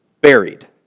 buried